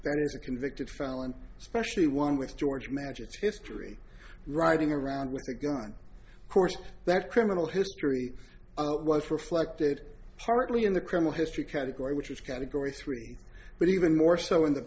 that as a convicted felon especially one with george magic's history riding around with a gun course that criminal history was reflected partly in the criminal history category which is category three but even more so in the